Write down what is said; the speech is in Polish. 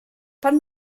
pan